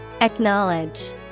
Acknowledge